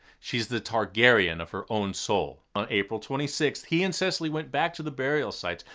she's the targaryen of her own soul. on april twenty sixth, he and cecily went back to the burial sites,